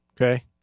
Okay